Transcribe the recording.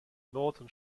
northern